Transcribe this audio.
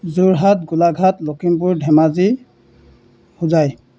Jorhat Golaghat Lakhimpur Dhemaji Hojai